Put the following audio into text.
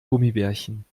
gummibärchen